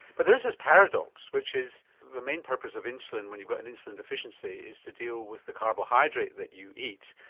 but there is this paradox which is the main purpose of insulin when you've got an insulin deficiency is to deal with the carbohydrate that you eat.